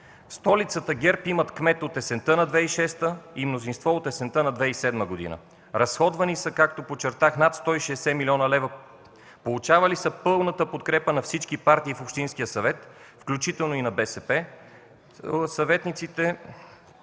столицата ГЕРБ има кмет от есента на 2006 г. и мнозинство от есента на 2007 г. Разходвани са, както подчертах, над 160 млн. лв., получавали са пълната подкрепа на всички партии в общинския съвет, включително и на БСП.